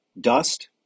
dust